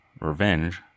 revenge